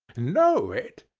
know it!